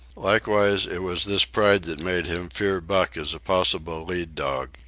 likewise it was this pride that made him fear buck as a possible lead-dog.